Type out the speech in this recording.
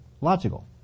logical